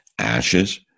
ashes